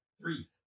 Three